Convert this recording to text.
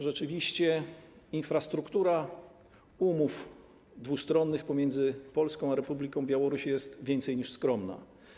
Rzeczywiście infrastruktura umów dwustronnych pomiędzy Polską a Republiką Białorusi jest więcej niż skromna.